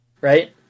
right